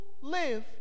live